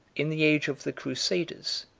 in the age of the crusades,